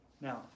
Now